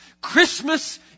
Christmas